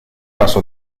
vaso